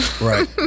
Right